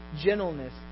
gentleness